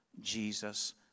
Jesus